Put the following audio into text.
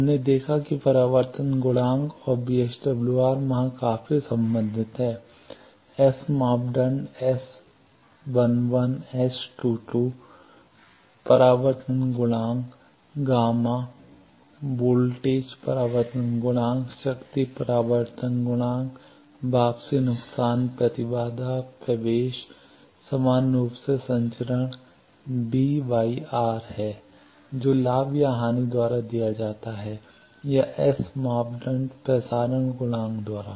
हमने देखा है कि परावर्तन गुणांक और वीएसडब्ल्यूआर वहाँ काफी संबंधित है एस मापदंड S 11 S 22 परावर्तन गुणांक गामा Γ वोल्टेज परावर्तन गुणांक शक्ति परावर्तन गुणांक वापसी नुकसान प्रतिबाधा प्रवेश समान रूप से संचरण B R है जो लाभ या हानि द्वारा दिया जाता है या एस मापदंड प्रसारण गुणांक द्वारा